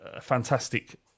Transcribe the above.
fantastic